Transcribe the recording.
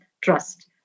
trust